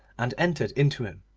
and entered into him,